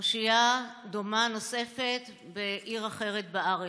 פרשייה דומה נוספת בעיר אחרת בארץ.